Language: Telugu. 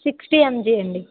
సిక్స్టీ ఎంజీ అండి